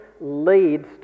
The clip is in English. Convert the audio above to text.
leads